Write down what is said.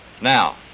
Now